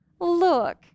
Look